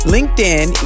LinkedIn